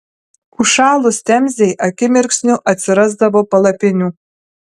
užšalus temzei akimirksniu atsirasdavo palapinių